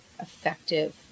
effective